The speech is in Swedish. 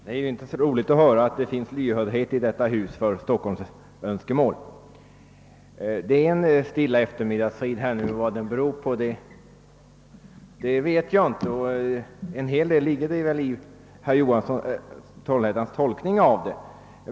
Herr talman! Det är ju roligt att höra att det finns lyhördhet i detta hus för stockholmsönskemål. Det är en stilla eftermiddagsfrid här. Vad den beror på vet jag inte, men en hel del ligger väl i herr Johanssons i Trollhättan tolkning.